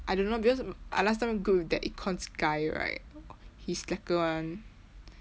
I don't know because I last time group with that econs guy right he slacker [one]